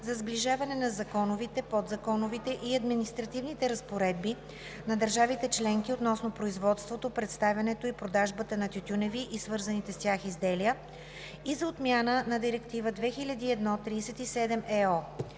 за сближаване на законовите, подзаконовите и административните разпоредби на държавите членки относно производството, представянето и продажбата на тютюневи и свързани с тях изделия и за отмяна на Директива 2001/37/ЕО.